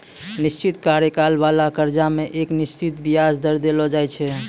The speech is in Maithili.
निश्चित कार्यकाल बाला कर्जा मे एक निश्चित बियाज दर देलो जाय छै